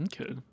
Okay